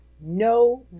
No